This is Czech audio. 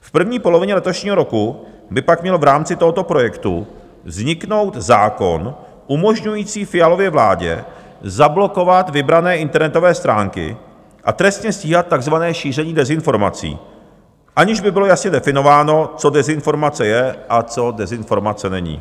V první polovině letošního roku by pak měl v rámci tohoto projektu vzniknout zákon umožňující Fialově vládě zablokovat vybrané internetové stránky a trestně stíhat takzvané šíření dezinformací, aniž by bylo jasně definováno, co dezinformace je a co dezinformace není.